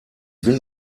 will